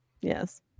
yes